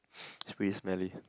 it's pretty smelly